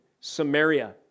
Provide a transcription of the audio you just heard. Samaria